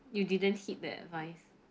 you didn't heed the advice